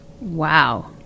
Wow